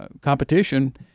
competition